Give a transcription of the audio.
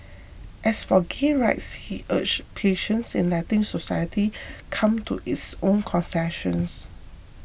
as for gay rights he urged patience in letting society come to its own consensus